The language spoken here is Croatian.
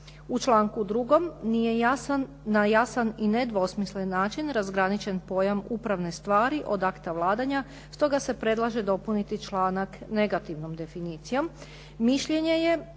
U članku 2. nije na jasan i nedvosmislen način razgraničen pojam upravne stvari od akta vladanja, stoga se predlaže dopuniti članak negativnom definicijom. Mišljenje je